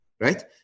right